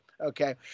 Okay